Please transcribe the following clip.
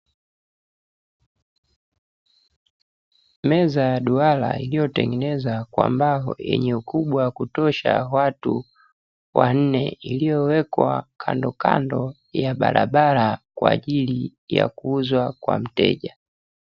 Meza ya duara iliyotengenezwa kwa mbao yenye ukubwa wa kutosha watu wanne iliyowekwa kandokando ya barabara kwa ajili ya kuuzwa kwa mteja.